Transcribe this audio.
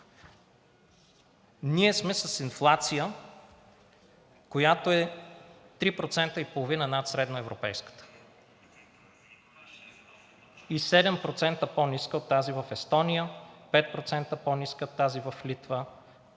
ние сме с инфлация, която е 3,5% над средноевропейската и 7% по-ниска от тази в Естония, 5% по-ниска от тази в Литва,